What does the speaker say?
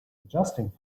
adjusting